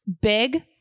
Big